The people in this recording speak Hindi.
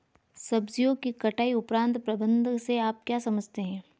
सब्जियों की कटाई उपरांत प्रबंधन से आप क्या समझते हैं?